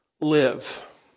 live